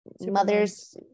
Mothers